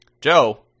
joe